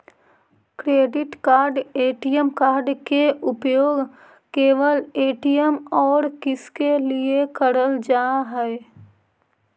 Credit card ATM card के उपयोग केवल ए.टी.एम और किसके के लिए करल जा है?